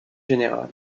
générale